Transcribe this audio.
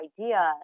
idea